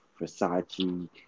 Versace